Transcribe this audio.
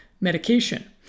medication